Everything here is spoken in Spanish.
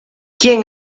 quién